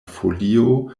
folio